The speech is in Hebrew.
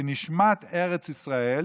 כי נשמת ארץ ישראל